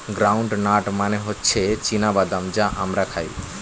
ground nut মানে হচ্ছে চীনা বাদাম যা আমরা খাই